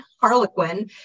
Harlequin